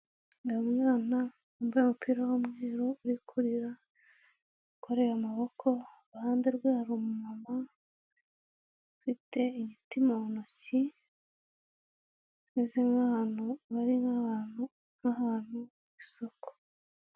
Uyu mwana wambaye umupira w'umweru uri kurira yikoreye amaboko iruhande rwe hari umu mama ufite igiti mu ntoki bari nk'abantu ku isoko.